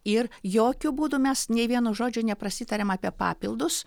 ir jokiu būdu mes nei vieno žodžio neprasitarėm apie papildus